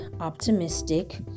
optimistic